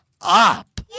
up